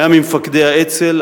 היה ממפקדי האצ"ל,